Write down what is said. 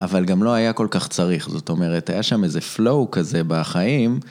אבל גם לא היה כל כך צריך, זאת אומרת, היה שם איזה flow כזה בחיים.